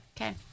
Okay